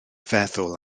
feddwl